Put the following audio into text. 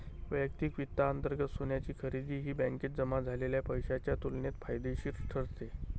वैयक्तिक वित्तांतर्गत सोन्याची खरेदी ही बँकेत जमा झालेल्या पैशाच्या तुलनेत फायदेशीर ठरते